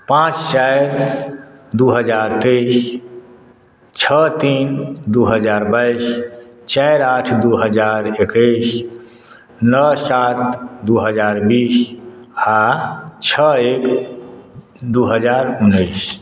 पाँच चारि दू हजार तेईस छओ तीन दू हजार बाईस चारि आठ दू हजार इक्कीस नओ चारि दू हजार बीस आ छओ एक दू हजार उन्नैस